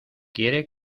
quiere